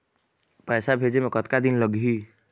पैसा भेजे मे कतका दिन लगही?